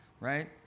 right